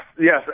yes